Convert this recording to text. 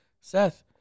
Seth